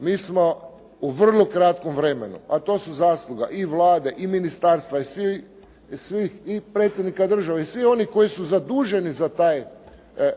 mi smo u vrlo kratkom vremenu, a to su zasluga i Vlade i ministarstva i predsjednika države i svih onih koji su zaduženi za taj